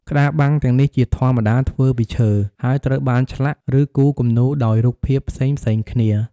ក្តារបាំងទាំងនេះជាធម្មតាធ្វើពីឈើ ហើយត្រូវបានឆ្លាក់ ឬគូរគំនូរដោយរូបភាពផ្សេងៗគ្នា។